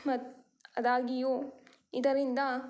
ಮ ಅದಾಗಿಯೂ ಇದರಿಂದ